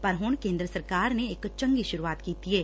ਪਰ ਹੁਣ ਕੇਦਰ ਸਰਕਾਰ ਨੇ ਇਕ ਚੰਗੀ ਸ਼ੁਰੂਆਤ ਕੀਤੀ ਏ